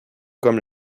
comme